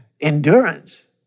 Endurance